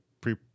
pre